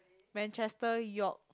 Manchester York